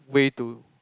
way to